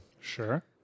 Sure